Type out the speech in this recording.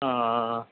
ہاں